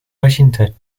washington